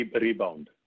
rebound